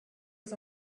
was